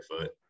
foot